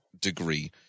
degree